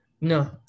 no